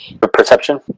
Perception